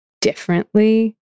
differently